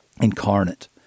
incarnate